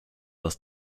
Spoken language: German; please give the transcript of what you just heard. das